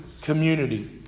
Community